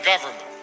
government